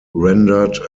rendered